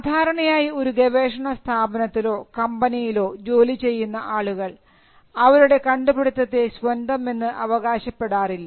സാധാരണയായി ഒരു ഗവേഷണ സ്ഥാപനത്തിലോ കമ്പനിയിലോ ജോലി ചെയ്യുന്ന ആളുകൾ അവരുടെ കണ്ടുപിടുത്തത്തെ സ്വന്തം എന്ന് അവകാശപ്പെടാറില്ല